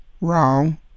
Wrong